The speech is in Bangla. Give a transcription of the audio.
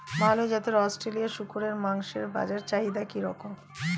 ভাল জাতের অস্ট্রেলিয়ান শূকরের মাংসের বাজার চাহিদা কি রকম?